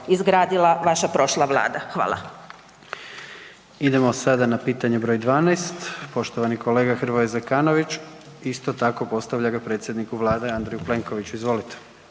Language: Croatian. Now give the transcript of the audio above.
Hvala. **Jandroković, Gordan (HDZ)** Idemo sada na pitanje br. 12. poštovani kolega Hrvoje Zekanović isto tako postavlja ga predsjedniku vlade Andreju Plenkoviću, izvolite.